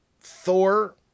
Thor